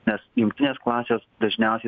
nes jungtinės klasės dažniausiai